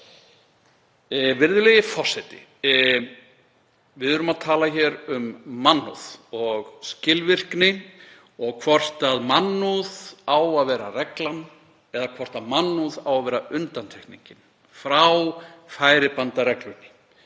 Virðulegi forseti. Við erum að tala hér um mannúð og skilvirkni og hvort mannúð á að vera reglan eða hvort mannúð á að vera undantekningin frá færibandsreglunni,